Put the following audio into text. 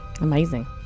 amazing